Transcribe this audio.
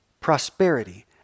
prosperity